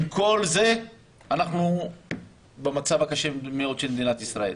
עם כל זה אנחנו במצב הקשה מאוד במדינת ישראל,